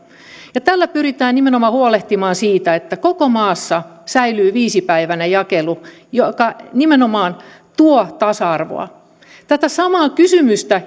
tällä pyritään nimenomaan huolehtimaan siitä että koko maassa säilyy viisipäiväinen jakelu mikä nimenomaan tuo tasa arvoa tätä samaa kysymystä